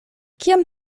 kiam